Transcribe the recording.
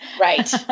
right